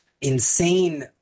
insane